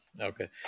Okay